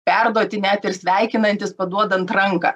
perduoti net ir sveikinantis paduodant ranką